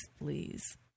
Please